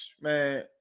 man